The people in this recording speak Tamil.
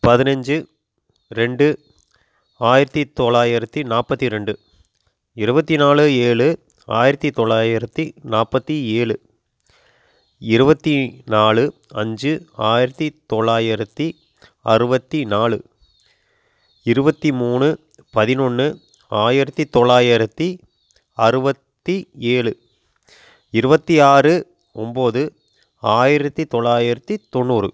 பதினஞ்சு ரெண்டு ஆயிரத்தி தொள்ளாயிரத்தி நாற்பத்தி ரெண்டு இருபத்தி நாலு ஏழு ஆயிரத்தி தொள்ளாயிரத்தி நாற்பத்தி ஏழு இருபத்தி நாலு அஞ்சு ஆயிரத்தி தொள்ளாயிரத்தி அறுபத்தி நாலு இருபத்தி மூணு பதினொன்று ஆயிரத்தி தொள்ளாயிரத்தி அறுபத்தி ஏழு இருபத்தி ஆறு ஒம்பது ஆயிரத்தி தொள்ளாயிரத்தி தொண்ணூறு